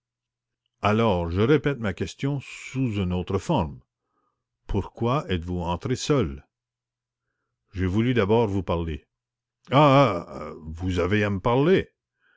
alors je répète ma question sous une autre forme pourquoi êtes-vous entré seul j'ai voulu d'abord vous parler ah ah vous avez à me parler